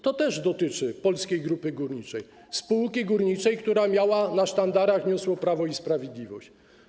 To również dotyczy Polskiej Grupy Górniczej, spółki górniczej, którą na sztandarach niosło Prawo i Sprawiedliwość.